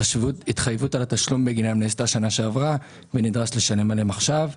שההתחייבות על התשלום בגינן נעשתה בשנה שעברה ונדרש לשלם עליהן עכשיו.